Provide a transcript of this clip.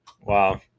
Wow